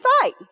fight